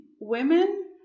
Women